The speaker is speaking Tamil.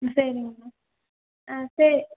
சரிங்கண்ணா ஆ சரி